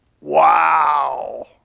Wow